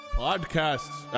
podcasts